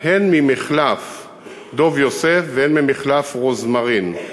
הן ממחלף דב יוסף והן ממחלף רוזמרין.